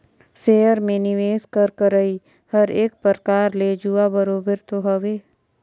share में निवेस कर करई हर एक परकार ले जुआ बरोबेर तो हवे